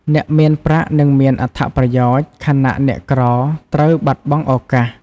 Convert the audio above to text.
អ្នកមានប្រាក់នឹងមានអត្ថប្រយោជន៍ ខណៈអ្នកក្រីក្រត្រូវបាត់បង់ឱកាស។